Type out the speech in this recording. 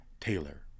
Taylor